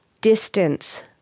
distance